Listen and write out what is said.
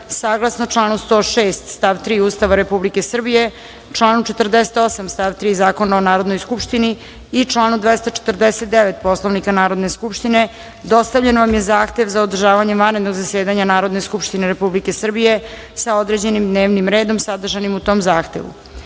saglasno članu 106. stav 3. Ustava Republike Srbije, članu 48. stav 3. Zakona o Narodnoj skupštini i članu 249. Poslovnika Narodne skupštine, dostavljen vam je zahtev za održavanjem vanrednog zasedanja Narodne skupštine Republike Srbije sa određenim dnevnim redom sadržanim u tom zahtevu.Za